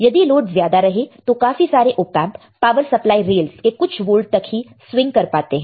यदि लोड ज्यादा रहे तो काफी सारे ऑपएंप पावर सप्लाई रेलस के कुछ वोल्ट तक ही स्विंग कर पाते हैं